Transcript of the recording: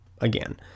again